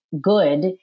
good